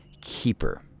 keeper